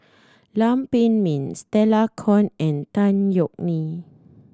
Lam Pin Min Stella Kon and Tan Yeok Nee